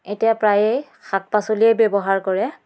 এতিয়া প্ৰায়ে শাক পাচলিয়ে ব্যৱহাৰ কৰে